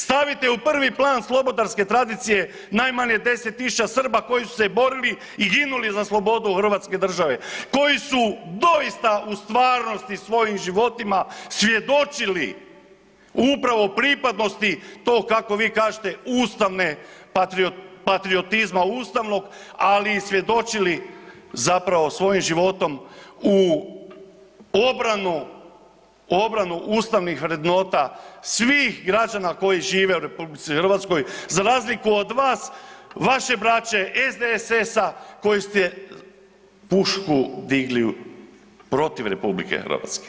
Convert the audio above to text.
Stavite u prvi plan slobodarske tradicije najmanje 10 tisuća Srba koji su se borili i ginuli za slobodu hrvatske države, koji su doista u stvarnosti u svojim životima svjedočili upravo pripadnosti, to kako vi kažete ustavne patriotizma ustavnog, ali i svjedočili zapravo svojim životom u obranu ustavnih vrednota svih građana koji žive u RH za razliku od vas, vaše braće, SDSS-a koji ste pušku digli protiv RH.